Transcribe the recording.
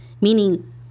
Meaning